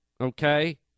okay